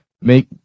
make